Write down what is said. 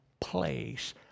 place